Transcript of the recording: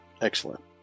Excellent